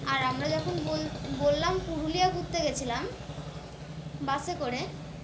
আর আমরা যখন বল বললাম পুরুলিয়া ঘুরতে গিয়েছিলাম বাসে করে